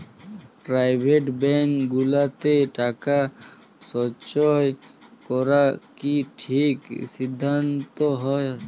private bank গুলাতে টাকা সল্চয় ক্যরা কি ঠিক সিদ্ধাল্ত হ্যয়